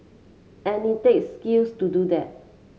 and it takes skill to do that